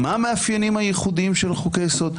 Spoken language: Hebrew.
מה המאפיינים הייחודיים של חוקי יסוד?